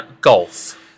golf